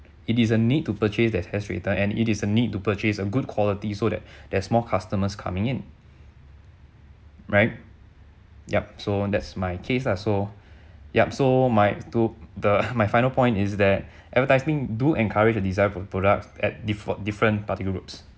it is a need to purchase that hair straightener and it is a need to purchase a good quality so that there's more customers coming in right yup so that's my case lah so yup so my to the my final point is that advertising do encourage a desire for products at different different particular group